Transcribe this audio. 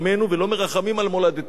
יש פה הצגות לתקשורת שגירשו,